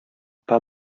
paar